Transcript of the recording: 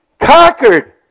conquered